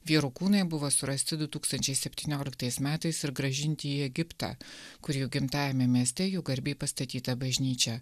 vyrų kūnai buvo surasti du tūkstančiai septynioliktais metais ir grąžinti į egiptą kur jų gimtajame mieste jų garbei pastatyta bažnyčia